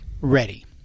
Ready